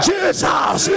Jesus